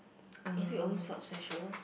have you always felt special